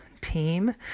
team